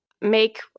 make